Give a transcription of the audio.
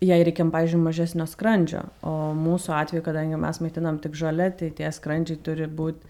jei reikia nu pavyzdžiui mažesnio skrandžio o mūsų atveju kadangi mes maitinam tik žole tai tie skrandžiai turi būt